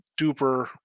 duper